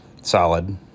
solid